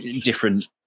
different